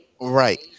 Right